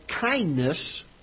kindness